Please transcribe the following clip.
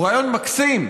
הוא רעיון מקסים,